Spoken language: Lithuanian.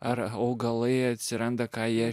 ar augalai atsiranda ką jie